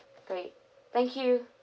great thank you